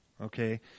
okay